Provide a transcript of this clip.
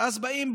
ואז באים,